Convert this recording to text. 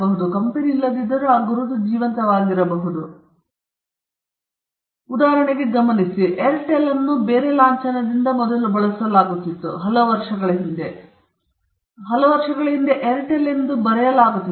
ಉದಾಹರಣೆಗೆ ನೀವು ಗಮನಿಸಿದ್ದೀರಾ ಎಂದು ನನಗೆ ಗೊತ್ತಿಲ್ಲ ಏರ್ಟೆಲ್ ಅನ್ನು ಬೇರೆ ಲಾಂಛನದಿಂದ ಬಳಸಲಾಗುತ್ತಿತ್ತು ಕೆಲವು ವರ್ಷಗಳ ಹಿಂದೆ ಏರ್ಟೆಲ್ ಅನ್ನು ಬರೆಯಲಾಗುತ್ತಿತ್ತು